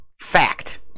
fact